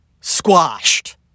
squashed